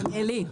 דניאלי.